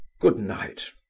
Good-night